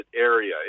area